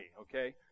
okay